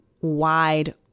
wide